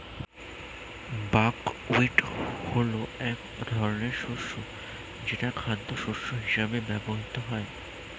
buckwheat হলো এক ধরনের শস্য যেটা খাদ্যশস্য হিসেবে ব্যবহৃত হয়